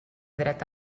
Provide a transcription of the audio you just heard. dret